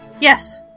Yes